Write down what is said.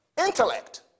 intellect